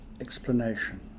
explanation